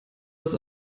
das